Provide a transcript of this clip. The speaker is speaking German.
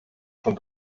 schon